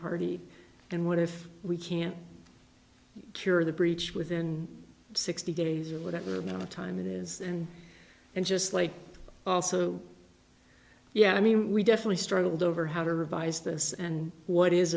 party and what if we can't cure the breach within sixty days or whatever amount of time it is and and just like also yeah i mean we definitely struggled over how to revise this and what is